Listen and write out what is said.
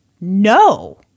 no